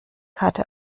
hatte